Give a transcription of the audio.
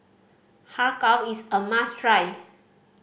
Har Kow is a must try